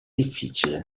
difficile